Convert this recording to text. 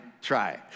try